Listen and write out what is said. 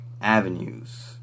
Avenues